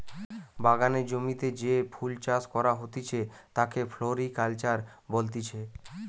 বাগানের জমিতে যে ফুল চাষ করা হতিছে তাকে ফ্লোরিকালচার বলতিছে